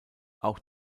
auch